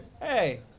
Hey